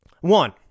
One